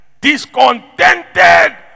discontented